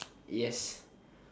yes